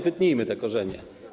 Wytnijmy te korzenie.